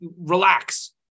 relax